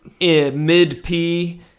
mid-P